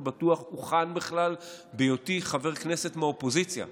בטוח הוכן בכלל בהיותי חבר כנסת מהאופוזיציה.